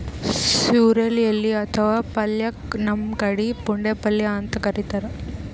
sorrel ಎಲಿ ಅಥವಾ ಪಲ್ಯಕ್ಕ್ ನಮ್ ಕಡಿ ಪುಂಡಿಪಲ್ಯ ಅಂತ್ ಕರಿತಾರ್